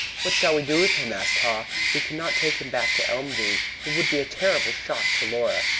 what shall we do with him? asked haw. we cannot take him back to elmdene. it would be a terrible shock to laura.